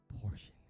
portion